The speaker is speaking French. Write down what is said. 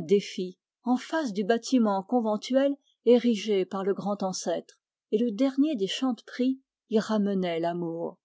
défi devant le bâtiment érigé par le grand ancêtre et le dernier des chanteprie y ramenait l'amour